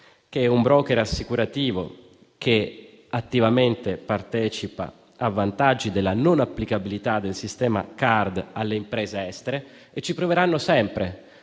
un *broker* assicurativo che attivamente partecipa ai vantaggi della non applicabilità del sistema CARD alle imprese estere; e ci proveranno sempre